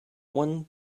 one